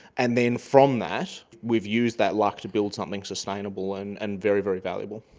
and then from that we've used that luck to build something sustainable and and very, very valuable.